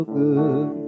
good